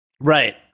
Right